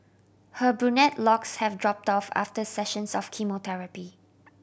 her brunette locks have dropped off after sessions of chemotherapy